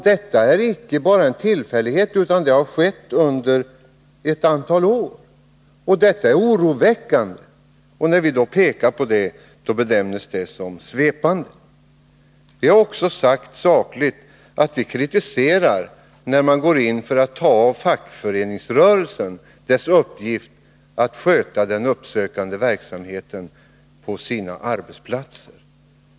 Detta är icke bara en tillfällighet, utan det har skett under ett antal år. Det är oroväckande. När vi kritiserar detta, då betecknas vår kritik som svepande. I sak har vi också sagt att vi kritiserar att regeringen går in för att ta ifrån fackföreningsrörelsen dess uppgift att sköta den uppsökande verksamheten på arbetsplatserna.